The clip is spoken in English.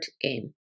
game